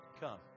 come